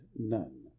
none